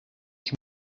can